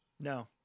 No